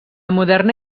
moderna